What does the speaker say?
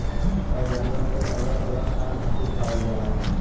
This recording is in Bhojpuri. हर जानवर के अलग अलग काम खातिर पालल जाला